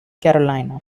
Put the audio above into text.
carolina